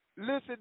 Listen